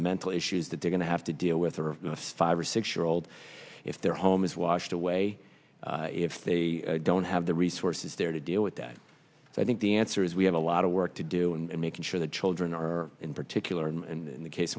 the mental issues that they're going to have to deal with a five or six year old if their home is washed away if they don't have the resources there to deal with that i think the answer is we have a lot of work to do and making sure the children are in particular in the case